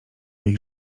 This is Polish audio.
ich